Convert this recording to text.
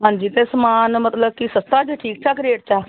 ਹਾਂਜੀ ਅਤੇ ਸਮਾਨ ਮਤਲਬ ਕਿ ਸਸਤਾ ਜੇ ਠੀਕ ਠਾਕ ਰੇਟ 'ਚ ਆ